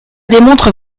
démontre